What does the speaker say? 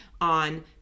on